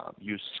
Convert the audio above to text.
use